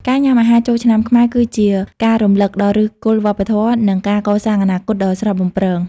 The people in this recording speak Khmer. ការញ៉ាំអាហារចូលឆ្នាំខ្មែរ គឺជាការរំលឹកដល់ឫសគល់វប្បធម៌ និងការកសាងអនាគតដ៏ស្រស់បំព្រង។